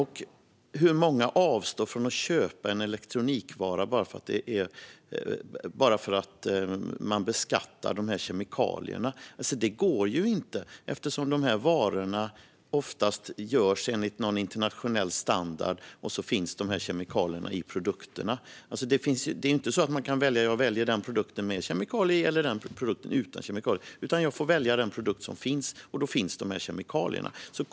Hur många avstår från att köpa en elektronikvara bara för att kemikalierna beskattas? Det går ju inte eftersom de här varorna oftast görs efter en internationell standard och kemikalierna finns i produkterna. Det är inte så att man kan välja en produkt med kemikalier i eller en utan kemikalier i, utan man får välja den produkt som finns, och då är det kemikalier i den.